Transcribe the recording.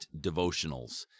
devotionals